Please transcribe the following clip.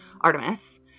Artemis